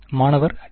மாணவர் டி